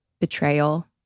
betrayal